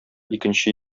икенче